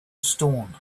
stone